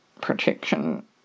protection